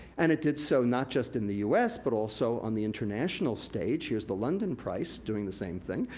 and it did so, not just in the us, but also on the international stage. here's the london price doing the same thing.